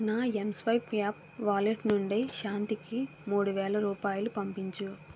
నా M swipe app wallet నుండి శాంతికి మూడు వేల రూపాయలు పంపించు